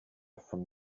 from